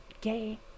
gay